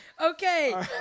Okay